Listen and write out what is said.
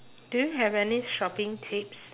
do you have any shopping tips